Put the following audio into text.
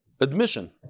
admission